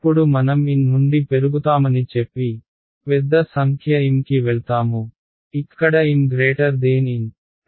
ఇప్పుడు మనం N నుండి పెరుగుతామని చెప్పి పెద్ద సంఖ్య M కి వెళ్తాము ఇక్కడ M N